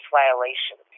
violation